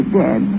dead